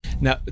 Now